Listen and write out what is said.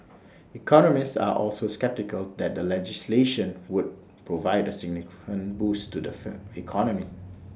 economists are also sceptical that the legislation would provide A significant boost to the fer economy